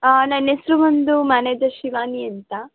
ಹಾಂ ನನ್ನ ಹೆಸ್ರು ಬಂದು ಮ್ಯಾನೇಜರ್ ಶಿವಾನಿ ಅಂತ